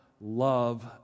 love